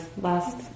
last